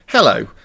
Hello